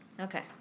Okay